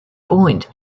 point